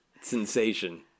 sensation